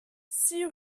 six